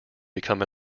become